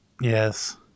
Yes